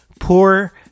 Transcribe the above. poor